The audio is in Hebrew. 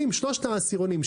ושלושת העשירונים,